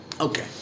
Okay